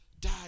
died